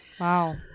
Wow